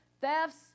thefts